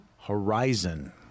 horizon